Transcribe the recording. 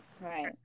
Right